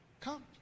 come